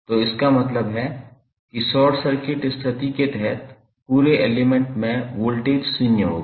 तो इसका मतलब है कि शॉर्ट सर्किट स्थिति के तहत पूरे एलिमेंट में वोल्टेज शून्य होगा